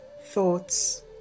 thoughts